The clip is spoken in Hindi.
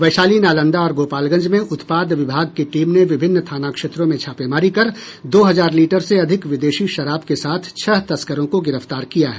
वैशाली नालंदा और गोपालगंज में उत्पाद विभाग की टीम ने विभिन्न थाना क्षेत्रों में छापेमारी कर दो हजार लीटर से अधिक विदेशी शराब के साथ छह तस्करों को गिरफ्तार किया है